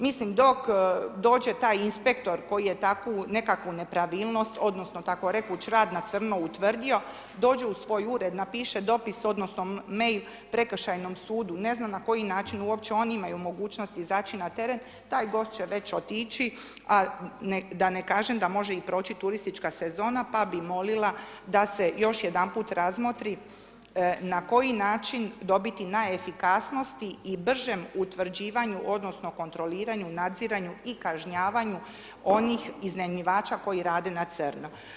Mislim, dok dođe taj inspektor koji je takvu nekakvu nepravilnost odnosno tako rekuć rad na crno utvrdio, dođe u svoj ured, napiše dopis odnosno e-mail prekršajnom sudu, ne znam na koji način uopće oni imaju mogućnost izaći na teren, taj gost će već otići, a da ne kažem da može i proći turistička sezona, pa bi molila da se još jedan put razmotri na koji način dobiti na efikasnosti i bržem utvrđivanju odnosno kontroliranju, nadziranju i kažnjavanju onih iznajmljivača koji rade na crno.